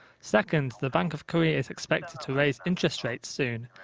second, the bank of korea is expected to raise interest rates soon,